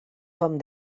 com